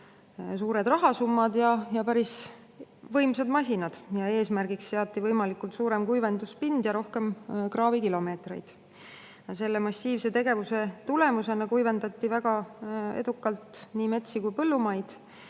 suured rahasummad ja päris võimsad masinad. Eesmärgiks seati võimalikult suur kuivenduspind ja rohkem kraavikilomeetreid. Selle massiivse tegevuse tulemusena kuivendati väga edukalt nii metsi kui ka põllumaid.